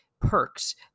perks